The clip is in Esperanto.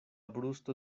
brusto